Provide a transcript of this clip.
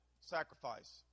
sacrifice